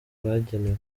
bagenewe